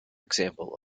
example